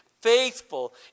faithful